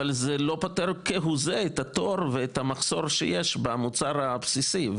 אבל זה לא פותר כהוא זה את התור ואת המחסור שיש במוצר הבסיסי.